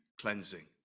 cleansing